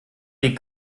die